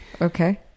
Okay